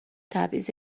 تبعیض